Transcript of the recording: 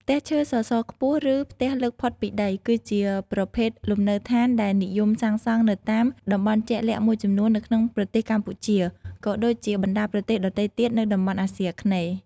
ផ្ទះឈើសសរខ្ពស់ ឬផ្ទះលើកផុតពីដី គឺជាប្រភេទលំនៅឋានដែលនិយមសាងសង់នៅតាមតំបន់ជាក់លាក់មួយចំនួននៅក្នុងប្រទេសកម្ពុជា ក៏ដូចជាបណ្តាប្រទេសដទៃទៀតនៅតំបន់អាស៊ីអាគ្នេយ៍ ។